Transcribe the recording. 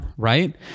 right